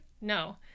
no